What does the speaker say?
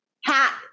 hat